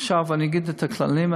עכשיו אני אגיד את הכללים,